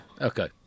Okay